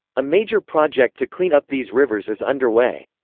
a major project to clean up these rivers is underway.